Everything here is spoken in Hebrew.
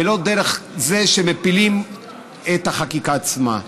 ולא דרך זה שמפילים את החקיקה עצמה.